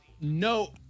no